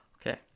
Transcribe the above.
Okay